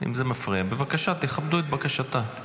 אם זה מפריע אז בבקשה, תכבדו את בקשתה.